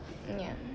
ya